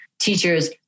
teachers